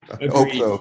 Agreed